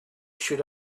should